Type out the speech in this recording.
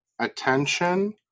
attention